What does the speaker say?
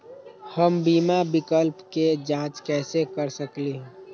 हम बीमा विकल्प के जाँच कैसे कर सकली ह?